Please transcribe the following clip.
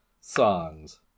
songs